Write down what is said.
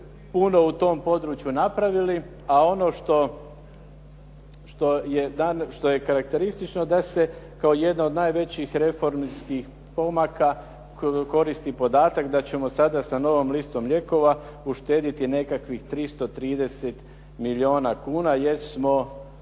puno u tom području napravili, a ono što je karakteristično da se kao jedna od najvećih reformskih pomaka koristi podatak da ćemo sada sa novom listom lijekova uštedjeti nekakvih 330 milijuna kuna jer smo